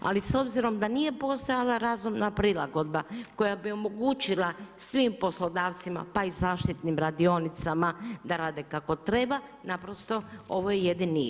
Ali s obzirom da nije postojala razumna prilagodba koja bi omogućila svim poslodavcima pa i zaštitnim radionicama da rade kako treba, naprosto ovo je jedini izlaz.